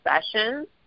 sessions